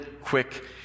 quick